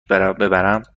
ببرم